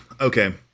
Okay